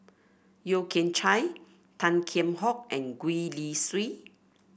Yeo Kian Chye Tan Kheam Hock and Gwee Li Sui